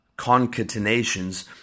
Concatenations